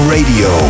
Radio